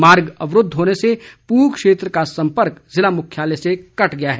मार्ग अवरूद्व होने से पूह क्षेत्र का संपर्क जिला मुख्यालय से कट गया है